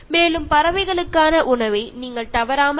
അതുപോലെ പക്ഷികൾക്കായി ആഹാരവും സൂക്ഷിക്കാവുന്നതാണ്